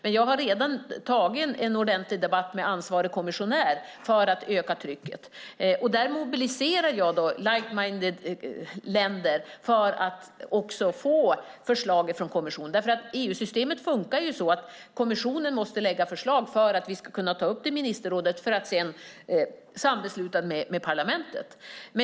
Men jag har redan tagit en ordentlig debatt med ansvarig kommissionär för att öka trycket. Där mobiliserar jag like-minded-länder för att få förslag från kommissionen. EU-systemet funkar ju så att kommissionen måste lägga fram förslag för att vi ska kunna ta upp det i ministerrådet för att sedan sambesluta med parlamentet.